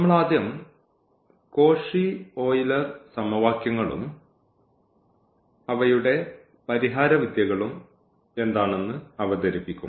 നമ്മൾ ആദ്യം Cauchy Euler സമവാക്യങ്ങളും അവയുടെ പരിഹാര വിദ്യകളും എന്താണെന്ന് അവതരിപ്പിക്കും